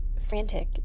frantic